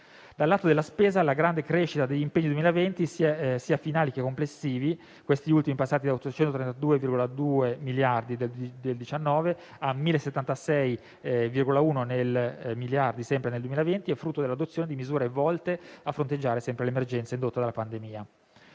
Dal lato della spesa, la grande crescita degli impegni 2020, sia finali che complessivi, questi ultimi passati da 823,2 miliardi di euro del 2019 a 1.076,1 miliardi di euro nel 2020, è frutto dell'adozione di misure volte a fronteggiare l'emergenza indotta dalla pandemia.